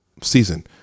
season